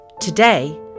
Today